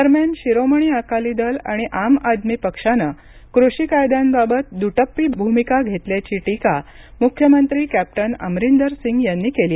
दरम्यान शिरोमणी अकाली दल आणि आम आदमी पक्षानं कृषी कायद्यांबाबत दुटप्पी भूमिका घेतल्याची टीका मुख्यमंत्री कॅप्टन अमरिंदर सिंग यांनी केली